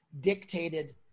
dictated